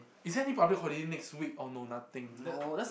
is there any public holiday next week oh no nothing